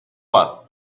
war